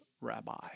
rabbi